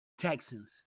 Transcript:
Texans